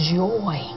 joy